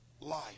life